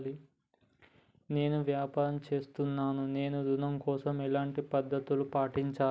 నేను వ్యాపారం చేస్తున్నాను నేను ఋణం కోసం ఎలాంటి పద్దతులు పాటించాలి?